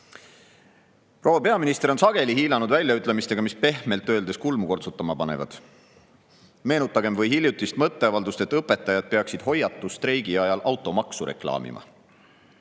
peaminister on sageli hiilanud väljaütlemistega, mis pehmelt öeldes panevad kulmu kortsutama. Meenutagem [tema] hiljutist mõtteavaldust, et õpetajad peaksid hoiatusstreigi ajal automaksu reklaamima.